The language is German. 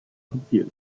konzils